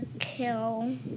kill